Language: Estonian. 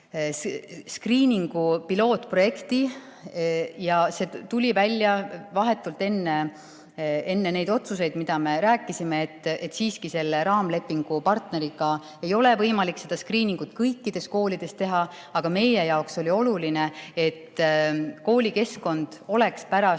skriiningu pilootprojekti. Vahetult enne neid otsuseid, millest me rääkisime, tuli välja, et siiski selle raamlepingupartneriga ei ole võimalik seda skriiningut kõikides koolides teha, aga meie jaoks oli oluline, et koolikeskkond oleks pärast